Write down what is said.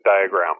diagram